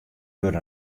wurde